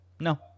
no